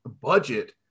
budget